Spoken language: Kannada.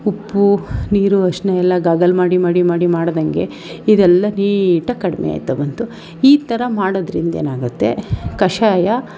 ಉಪ್ಪು ನೀರು ಅರಿಶ್ಣ ಎಲ್ಲ ಗಾಗಲ್ ಮಾಡಿ ಮಾಡಿ ಮಾಡಿ ಮಾಡಿದಂಗೆ ಇದೆಲ್ಲ ನೀಟಾಗಿ ಕಡಿಮೆ ಆಗ್ತಾ ಬಂತು ಈ ಥರ ಮಾಡೋದ್ರಿಂದ ಏನಾಗುತ್ತೆ ಕಷಾಯ